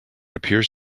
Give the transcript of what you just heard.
appears